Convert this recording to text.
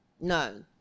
No